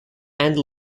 and